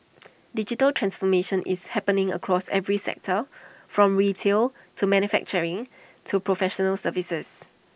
digital transformation is happening across every sector from retail to manufacturing to professional services